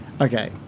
Okay